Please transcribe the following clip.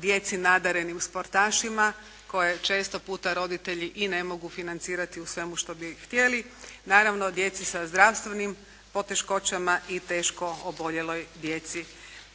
djeci nadarenim sportašima kojoj često puta roditelji i ne mogu financirati u svemu što bi htjeli, naravno djeci sa zdravstvenim poteškoćama i teško oboljeloj djeci.